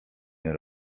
nie